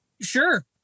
sure